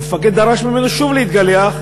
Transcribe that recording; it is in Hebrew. המפקד דרש ממנו שוב להתגלח,